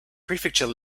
prefecture